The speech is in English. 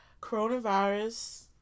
coronavirus